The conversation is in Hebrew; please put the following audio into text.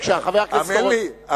חבר הכנסת אורון, בבקשה.